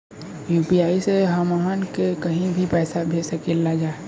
UPI से हमहन के कहीं भी पैसा भेज सकीला जा?